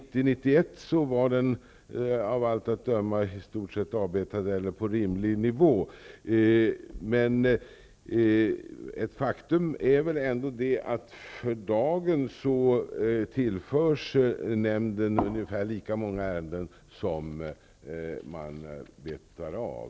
1990/91 var den av allt att döma i stort sett avbetad eller på rimlig nivå. Ett faktum är väl ändå att nämnden för dagen tillförs ungefär lika många ärenden som man betar av.